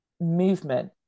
movement